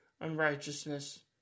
unrighteousness